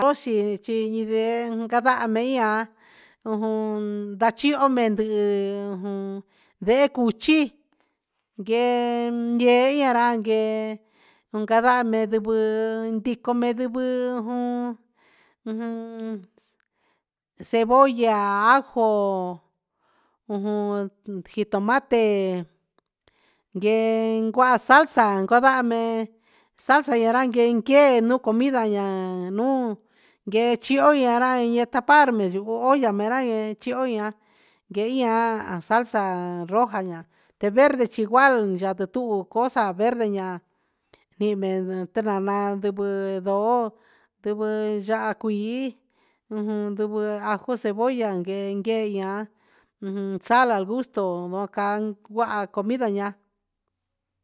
Cochi xi ni ñee candaha mei ia ujun vachio mendi vehe cuchi guee guee io ra cavaha ndi medi ujun cebolla ajo ujun jitomate guee guaha salsa gueran guee nuun comida nuun guee chihyo ra taparme nuun olla chiho olla ia salsa roja verde chigual yate tuu cosa verde yia terramar ndivɨ yaha cuii ujun ndivɨ aju cebolla guee gueian sal al gusto cuaha comida ñaan.